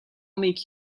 make